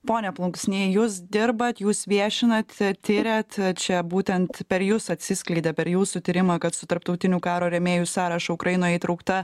pone plunksny jūs dirbat jūs viešinat tiriat čia būtent per jus atsiskleidė per jūsų tyrimą kad su tarptautinių karo rėmėjų sąrašu ukraina įtraukta